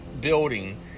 building